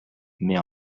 mais